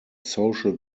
social